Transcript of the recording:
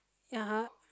ya !huh!